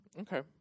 Okay